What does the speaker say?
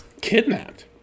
Kidnapped